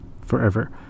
forever